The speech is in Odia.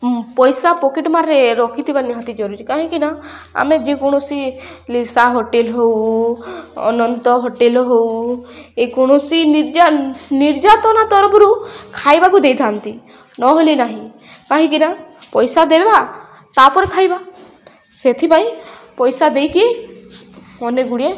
ପଇସା ପକେଟ୍ ମାର୍ରେ ରଖିଥିବା ନିହାତି ଜରୁରୀ କାହିଁକିନା ଆମେ ଯେକୌଣସି ଲିସା ହୋଟେଲ୍ ହଉ ଅନନ୍ତ ହୋଟେଲ୍ ହଉ ଏ କୌଣସି ନିର୍ଯା ନିର୍ଯାତନା ତରଫରୁ ଖାଇବାକୁ ଦେଇଥାନ୍ତି ନହେଲେ ନାହିଁ କାହିଁକିନା ପଇସା ଦେବେ ବା ତା'ପରେ ଖାଇବା ସେଥିପାଇଁ ପଇସା ଦେଇକି ଅନେକ ଗୁଡ଼ିଏ